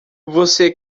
você